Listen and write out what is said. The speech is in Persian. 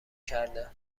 کردن